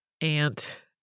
aunt